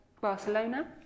Barcelona